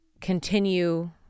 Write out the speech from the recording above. continue